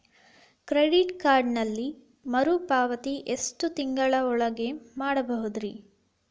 Credit ಕಾರ್ಡಿನಲ್ಲಿ ಮರುಪಾವತಿ ಎಷ್ಟು ತಿಂಗಳ ಒಳಗ ಮಾಡಬಹುದ್ರಿ?